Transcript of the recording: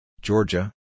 Georgia